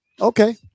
okay